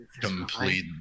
complete